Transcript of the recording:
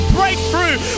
breakthrough